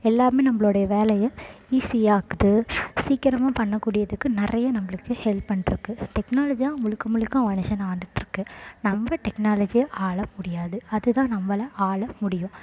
எல்லாமே நம்மளோடைய வேலையை ஈஸியாக ஆக்குது சீக்கிரமாக பண்ணக்கூடியதுக்கு நிறைய நம்மளுக்கு ஹெல்ப் பண்றதுக்கு டெக்னாலஜி தான் முழுக்க முழுக்க மனுஷனை ஆண்டுட்டுருக்கு நம்ம டெக்னாலஜியை ஆள முடியாது அது தான் நம்மளை ஆள முடியும்